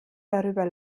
darüber